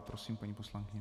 Prosím, paní poslankyně.